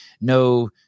no